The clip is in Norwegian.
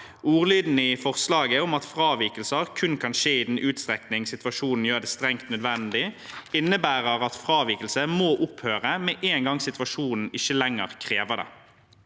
Ordlyden i forslaget om at fravikelser kun kan skje i den utstrekning situasjonen gjør det strengt nødvendig, innebærer at fravikelse må opphøre med en gang situasjonen ikke lenger krever det.